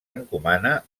encomana